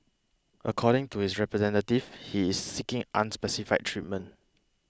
according to his representatives he is seeking unspecified treatment